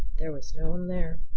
there was no one there.